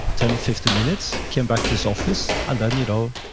ten fifteen minutes, came back to his office, and then you know